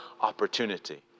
opportunity